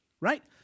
Right